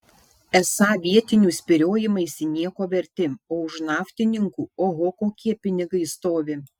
esą vietinių spyriojimaisi nieko verti o už naftininkų oho kokie pinigai stovi